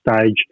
stage